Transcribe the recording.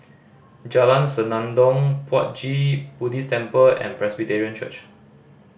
Jalan Senandong Puat Jit Buddhist Temple and Presbyterian Church